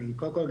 קודם כל,